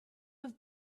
have